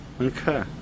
Okay